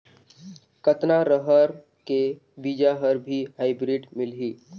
कतना रहर के बीजा हर भी हाईब्रिड मिलही?